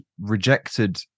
rejected